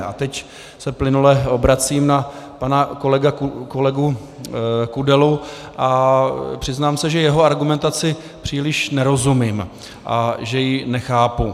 A teď se plynule obracím na pana kolegu Kudelu a přiznám se, že jeho argumentaci příliš nerozumím a že ji nechápu.